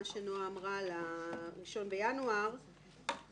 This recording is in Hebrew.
מה שנוער אמרה על הראשון בינואר - למעשה,